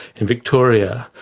in victoria,